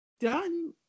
done